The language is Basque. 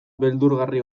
beldurgarri